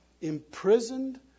Imprisoned